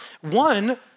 One